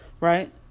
right